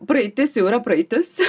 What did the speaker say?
praeitis jau yra praeitis